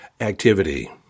activity